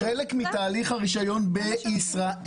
כחלק מתהליך הרישיון בישראל.